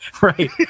Right